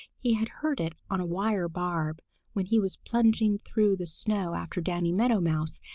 he had hurt it on a wire barb when he was plunging through the snow after danny meadow mouse,